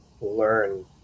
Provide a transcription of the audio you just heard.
learn